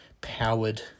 powered